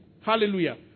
Hallelujah